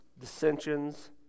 dissensions